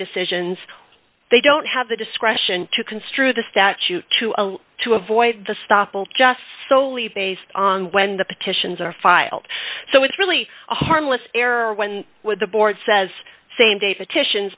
decisions they don't have the discretion to construe the statute to allow to avoid the stoppel just solely based on when the petitions are filed so it's really a harmless error when with the board says same data titi